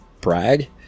brag